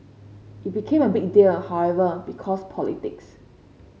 it became a big deal however because politics